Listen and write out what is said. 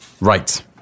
Right